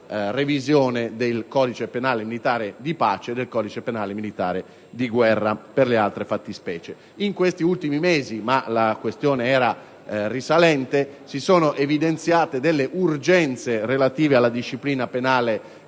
In questi ultimi mesi - ma la questione era risalente - si sono evidenziate delle urgenze relative alla disciplina penale,